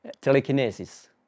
telekinesis